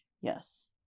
yes